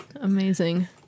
Amazing